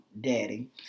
daddy